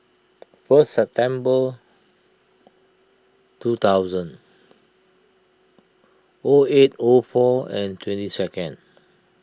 first September two thousand O eight O four and twenty second